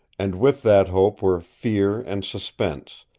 and with that hope were fear and suspense,